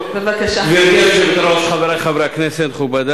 יש לו יתרון אחד, שהוא לא יודע לומר לשרים לא.